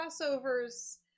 crossovers